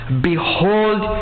Behold